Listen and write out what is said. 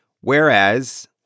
Whereas